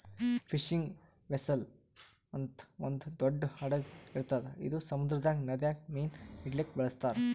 fishing vessel ಅಂತ್ ಒಂದ್ ದೊಡ್ಡ್ ಹಡಗ್ ಇರ್ತದ್ ಇದು ಸಮುದ್ರದಾಗ್ ನದಿದಾಗ್ ಮೀನ್ ಹಿಡಿಲಿಕ್ಕ್ ಬಳಸ್ತಾರ್